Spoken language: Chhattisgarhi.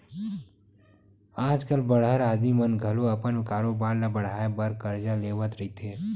आज कल बड़हर आदमी मन घलो अपन कारोबार ल बड़हाय बर करजा लेवत रहिथे